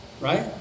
right